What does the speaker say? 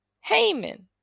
Haman